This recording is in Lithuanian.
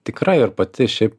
tikrai ir pati šiaip